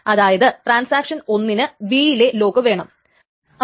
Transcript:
അങ്ങനെ സംഭവിച്ചാൽ അത് വീണ്ടും ഒരു പുതിയ ടൈംസ്റ്റാമ്പ് വെച്ച് തുടങ്ങും